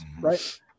right